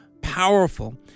powerful